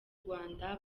rwanda